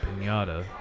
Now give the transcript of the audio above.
pinata